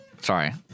Sorry